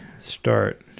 start